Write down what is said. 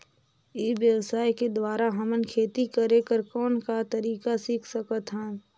ई व्यवसाय के द्वारा हमन खेती करे कर कौन का तरीका सीख सकत हन?